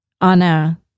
Anna